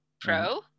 Pro